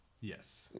Yes